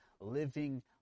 living